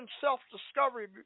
self-discovery